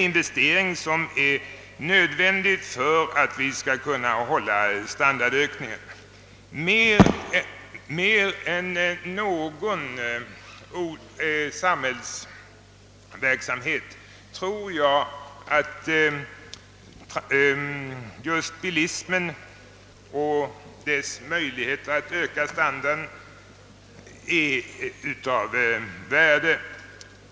Jag tror att bilismen mer än någonting annat har möjlighet att höja standarden i samhället.